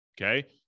okay